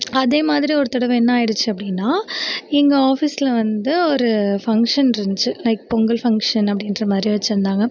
அதே மாதிரி ஒரு தடவை என்னாகிடுச்சு அப்படின்னா எங்கள் ஆஃபீஸ்சில் வந்து ஒரு ஃபங்க்ஷன் இருந்துச்சு லைக் பொங்கல் ஃபங்க்ஷன் அப்படின்ற மாதிரி வச்சுருந்தாங்க